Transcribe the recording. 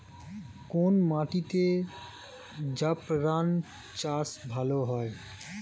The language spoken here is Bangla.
কোন মাটিতে জাফরান চাষ ভালো হয়?